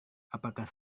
apakah